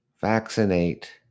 vaccinate